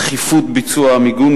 דחיפות ביצוע המיגון,